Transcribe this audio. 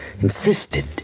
Insisted